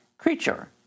Creature